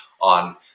on